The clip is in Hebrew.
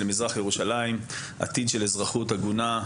מזרח ירושלים עתיד של אזרחות הגונה,